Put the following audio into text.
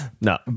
No